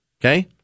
Okay